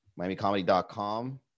MiamiComedy.com